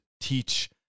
teach